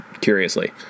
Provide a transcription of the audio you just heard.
curiously